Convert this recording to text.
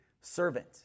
servant